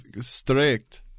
strict